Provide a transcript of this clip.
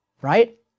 right